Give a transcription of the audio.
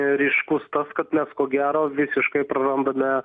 ryškus tas kad mes ko gero visiškai prarandame